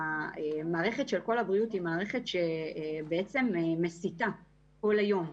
המערכת של call הבריאות היא מערכת שבעצם מסיטה כל היום.